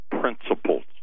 principles